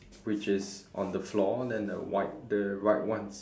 which is on the floor then the white the right ones